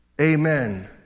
Amen